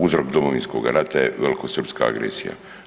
Uzrok Domovinskoga rata je velikosrpska agresija.